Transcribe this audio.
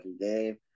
game